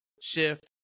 shift